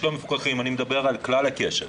יש לא מפוקחים אני מדבר על כלל הקשת.